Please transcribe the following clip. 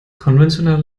konventioneller